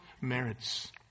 merits